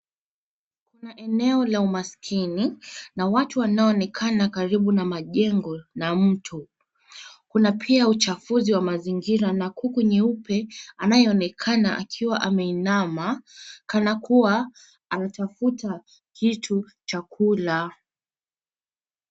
Na eneo la umasikini, na watu wanaoonekana karibu na majengo, na mtu. Kuna pia uchafuzi wa mazingira, na kuku nyeupe, anayoonekana akiwa ameinama, kana kuwa, anatafuta kitu cha kula.